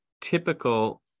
typical